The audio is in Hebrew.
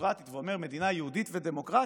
לדמוקרטית ואומר מדינה יהודית ודמוקרטית,